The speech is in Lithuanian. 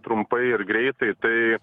trumpai ir greitai tai